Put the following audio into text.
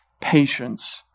patience